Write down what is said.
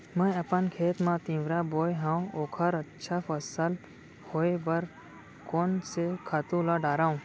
मैं अपन खेत मा तिंवरा बोये हव ओखर अच्छा फसल होये बर कोन से खातू ला डारव?